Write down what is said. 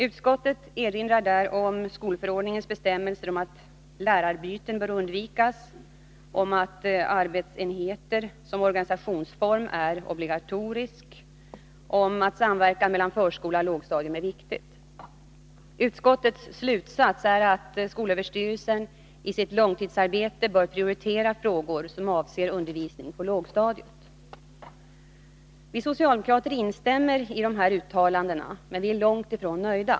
Utskottet erinrar där om skolförordningens bestämmelser om att lärarbyten bör undvikas, om att arbetsenheten som organisationsform är obligatorisk och om att samverkan mellan förskola och lågstadium är viktig. Utskottets slutsats är att skolöverstyrelsen i sitt långtidsarbete bör prioritera frågor som avser undervisning på lågstadiet. Vi socialdemokrater instämmer i de här uttalandena, men vi är långt ifrån nöjda.